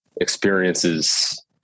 experiences